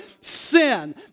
sin